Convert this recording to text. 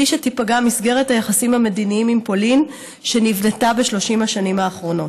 שתיפגע מסגרת היחסים המדיניים עם פולין שנבנתה ב-30 השנים האחרונות.